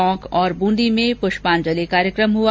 टोंक और बूंदी में पुष्पांजलि कार्यक्रम हुआ